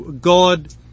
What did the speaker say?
God